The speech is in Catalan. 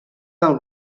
del